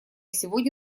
сегодня